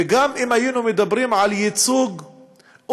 וגם אם היינו מדברים על ייצוג אותנטי,